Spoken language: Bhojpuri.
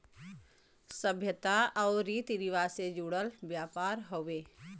सभ्यता आउर रीती रिवाज से जुड़ल व्यापार हउवे